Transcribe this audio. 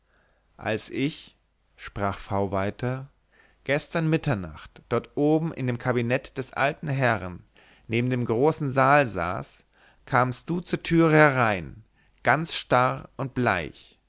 als ich sprach v weiter gestern mitternacht dort oben in dem kabinett des alten herrn neben dem großen saal saß kamst du zur türe herein ganz starr und bleich